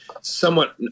somewhat